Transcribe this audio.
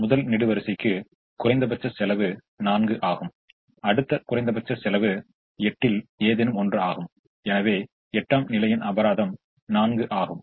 முதல் நெடுவரிசைக்கு குறைந்தபட்ச செலவு 4 ஆகும் அடுத்த குறைந்தபட்ச செலவு 8 இல் ஏதேனும் ஒன்றாகும் எனவே 8 ஆம் நிலையின் அபராதம் 4 ஆகும்